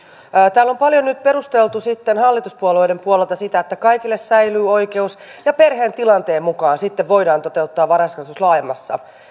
täällä on paljon nyt perusteltu sitten hallituspuolueiden puolelta sitä että kaikille säilyy oikeus ja perheen tilanteen mukaan sitten voidaan toteuttaa varhaiskasvatus laajemmassa